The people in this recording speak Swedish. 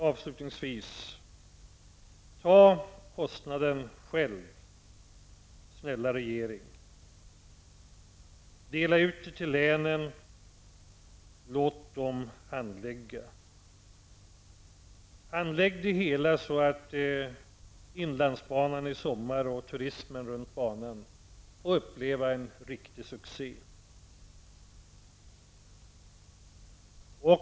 Avslutningsvis: Ta kostnaden själv, snälla regeringen! Dela ut medlen till länen och låt dessa sköta handläggningen! Handlägg det hela så, att inlandsbanan och turismen längs banan får uppleva en riktig succé i sommar!